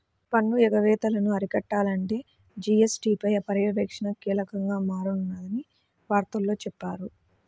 పన్ను ఎగవేతలను అరికట్టాలంటే జీ.ఎస్.టీ పై పర్యవేక్షణ కీలకంగా మారనుందని వార్తల్లో చెప్పారు